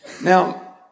Now